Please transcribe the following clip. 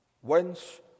Whence